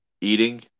eating